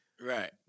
Right